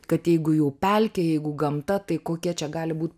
kad jeigu jau pelkė jeigu gamta tai kokia čia gali būt